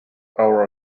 hour